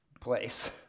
place